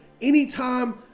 Anytime